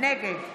נגד